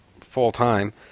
full-time